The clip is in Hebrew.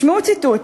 שמעו ציטוט: